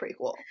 prequel